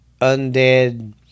undead